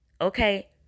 Okay